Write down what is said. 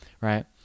right